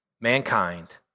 mankind